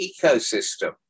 ecosystem